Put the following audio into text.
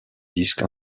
disques